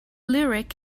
lyric